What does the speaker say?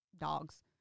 dogs